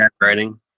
writing